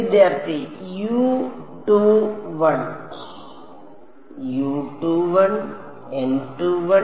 വിദ്യാർത്ഥി U 2 1